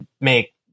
make